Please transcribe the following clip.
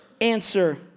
answer